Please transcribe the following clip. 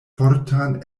fortan